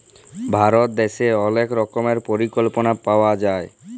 ভারত দ্যাশে অলেক রকমের পরিকল্পলা পাওয়া যায়